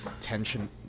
tension